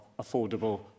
affordable